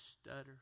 stutter